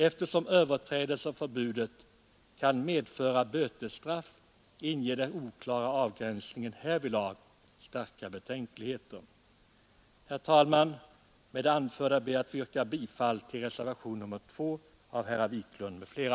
Eftersom överträdelse av förbudet kan medföra bötesstraff inger den oklara avgränsningen härvidlag starka betänkligheter. Herr talman! Med det anförda ber jag att få yrka bifall till reservationen 2 av herr Wiklund m.fl.